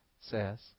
says